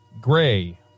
Gray